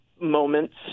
moments